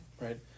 right